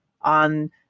on